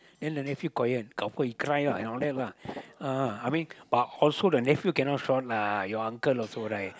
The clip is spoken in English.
then the nephew quiet of course he cry ah and all that lah uh I mean but also the nephew cannot shout lah your uncle also right